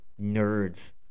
nerds